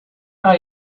are